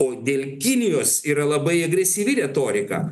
o dėl kinijos yra labai agresyvi retorika